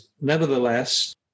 nevertheless